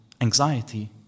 anxiety